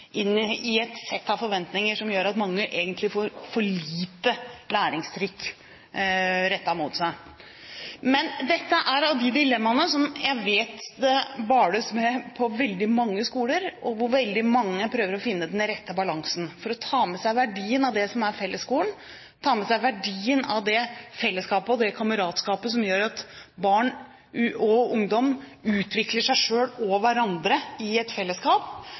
inn i et sett av forventninger som gjør at mange egentlig får for lite læringstrykk rettet mot seg. Dette er av de dilemmaene som jeg vet at det bales med på veldig mange skoler, og hvor veldig mange prøver å finne den rette balansen for å ta med seg verdien av det som er fellesskolen, ta med seg verdien av det fellesskapet og det kameratskapet som gjør at barn og ungdom utvikler seg selv og hverandre i et fellesskap,